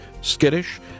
skittish